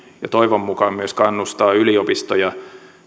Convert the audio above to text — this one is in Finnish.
ja toivon mukaan myös kannustaa yliopistoja